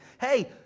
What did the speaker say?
Hey